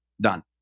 Done